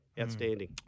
Outstanding